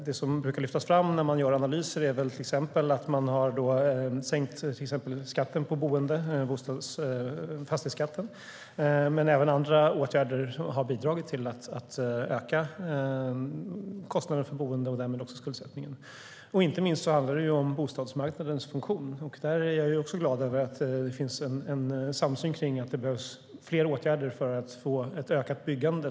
Det som brukar lyftas fram när man gör analyser är exempelvis att man sänkt skatten på boende, fastighetsskatten, men också andra åtgärder har bidragit till att öka kostnaderna för boendet och därmed skuldsättningen. Inte minst handlar det om bostadsmarknadens funktion. Jag är glad för att det finns en samsyn om att det behöver vidtas fler åtgärder för att få ett ökat byggande.